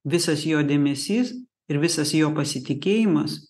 visas jo dėmesys ir visas jo pasitikėjimas